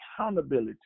accountability